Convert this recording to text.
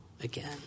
again